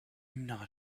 not